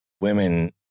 women